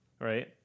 right